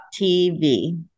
TV